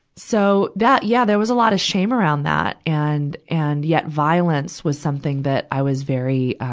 so, that, yeah, there was a lot of shame around that. and, and, yet violence was something that i was very, um,